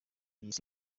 y’isi